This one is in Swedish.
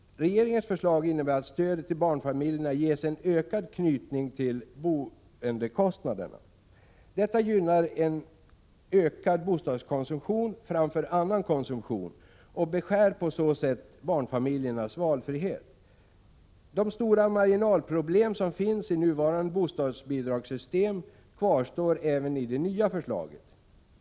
Regeringens förslag innebär att stödet till barnfamiljerna ges en ökade knytning till boendekostnaderna. Detta gynnar en ökad bostadskonsumtion framför annan konsumtion och beskär på så sätt barnfamiljernas valfrihet. De stora marginalproblem som finns i nuvarande bostadsbidragssystem kvarstår även i det nya förslaget.